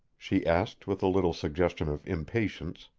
she asked with a little suggestion of impatience.